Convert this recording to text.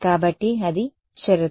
కాబట్టి అది షరతు